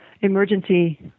emergency